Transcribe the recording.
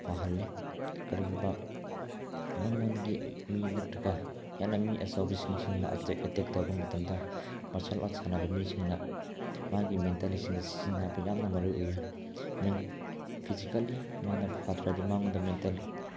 ꯐꯍꯜꯂꯤ ꯀꯔꯤꯒꯨꯝꯕ ꯃꯉꯣꯟꯗꯒꯤ ꯃꯤ ꯅꯠꯇ꯭ꯔꯒ ꯍꯦꯟꯅ ꯃꯤ ꯑꯆꯧꯕꯁꯤꯡꯁꯤꯅ ꯑꯦꯇꯦꯛ ꯇꯧꯕ ꯃꯇꯝꯗ ꯃꯥꯔꯁꯦꯜ ꯑꯥꯔꯠ ꯁꯥꯟꯅꯕ ꯃꯤꯁꯤꯡꯅ ꯃꯥꯒꯤ ꯃꯦꯟꯇꯦꯜꯂꯤꯁꯤꯡ ꯁꯤꯖꯤꯟꯅꯕ ꯌꯥꯝꯅ ꯃꯔꯨꯑꯣꯏ ꯐꯤꯖꯤꯀꯦꯜꯂꯤ ꯃꯥꯅ ꯐꯈ꯭ꯔꯗꯤ ꯃꯉꯣꯟꯗ ꯃꯦꯟꯇꯦꯜꯂꯤ